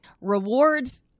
Rewards